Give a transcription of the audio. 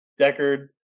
deckard